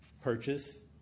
purchase